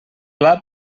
pla